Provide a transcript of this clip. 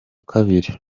kabiri